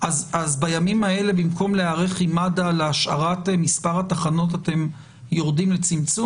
בימים האלה במקום להיערך עם מד"א להשארת מספר התחנות אתם יורדים לצמצום.